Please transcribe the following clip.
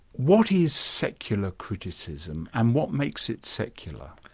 what is secular criticism and what makes it secular?